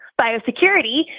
biosecurity